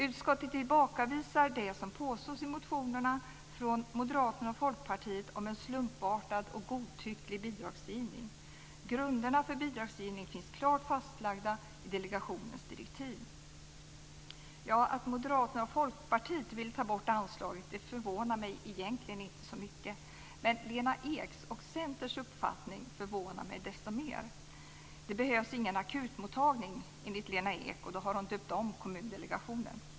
Utskottet tillbakavisar det som påstås i motionerna från Moderaterna och Folkpartiet om en slumpartad och godtycklig bidragsgivning. Grunderna för bidragsgivningen finns klart fastlagda i delegationens direktiv. Att Moderaterna och Folkpartiet vill ta bort anslaget förvånar mig egentligen inte så mycket, men Lena Eks och Centerns uppfattning förvånar mig desto mer. Det behövs ingen akutmottagning, enligt Lena Ek. Då har hon döpt om Kommundelegationen.